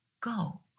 go